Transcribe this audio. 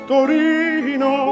Torino